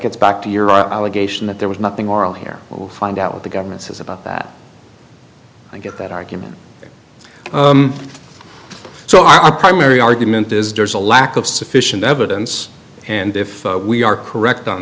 gets back to your allegation that there was nothing moral here but we'll find out what the government says about that i get that argument so our primary argument is there is a lack of sufficient evidence and if we are correct on